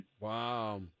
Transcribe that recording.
wow